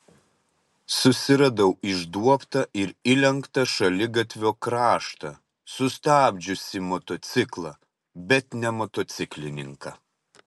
susiradau išduobtą ir įlenktą šaligatvio kraštą sustabdžiusį motociklą bet ne motociklininką